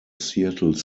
seattle